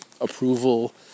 approval